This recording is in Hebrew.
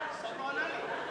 השר לא ענה לי.